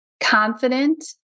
confident